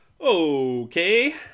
Okay